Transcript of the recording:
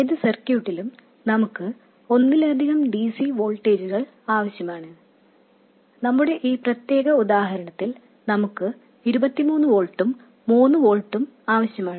ഏത് സർക്യൂട്ടിലും നമുക്ക് ഒന്നിലധികം dc വോൾട്ടേജുകൾ ആവശ്യമാണ് നമ്മുടെ ഈ പ്രത്യേക ഉദാഹരണത്തിൽ നമുക്ക് 23 വോൾട്ടും 3 വോൾട്ടും ആവശ്യമാണ്